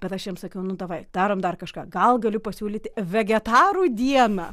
bet aš jiems sakiau nu davai darom dar kažką gal galiu pasiūlyti vegetarų dieną